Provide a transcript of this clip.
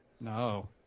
No